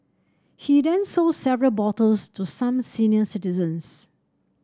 he then sold several bottles to some senior citizens